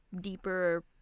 deeper